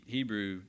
Hebrew